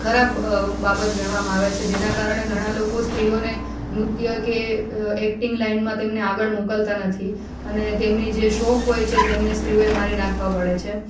ખરાબ બાબત ગણવામાં આવે છે જેના કારણે ઘણા લોકો સ્ત્રીઓને નૃત્ય કે એક્ટિંગ લાઈનમાં તેમને આગળ મોકલતા નથી અને તેમની જે શોખ હોય છે તેમને સ્ત્રીઓએ મારી નાખવા પડે છે